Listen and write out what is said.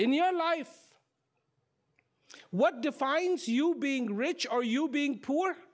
in your life what defines you being rich or you being poor